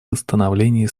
восстановлении